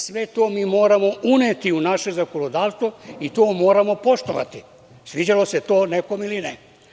Sve to mi moramo uneti u naše zakonodavstvo i to moramo poštovati, sviđalo se to nekom ili ne.